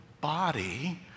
body